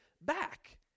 back